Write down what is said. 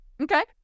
Okay